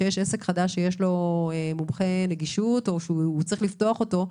כשיש עסק חדש שיש לו מומחה נגישות או שהוא צריך לפתוח אותו,